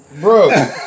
Bro